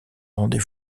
rendez